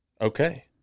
Okay